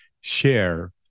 share